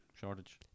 shortage